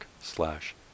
slash